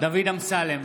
דוד אמסלם,